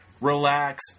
Relax